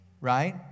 right